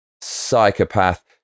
psychopath